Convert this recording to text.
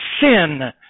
sin